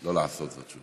לא לעשות זאת שוב.